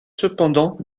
cependant